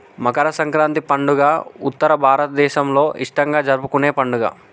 మకర సంక్రాతి పండుగ ఉత్తర భారతదేసంలో ఇష్టంగా జరుపుకునే పండుగ